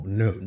no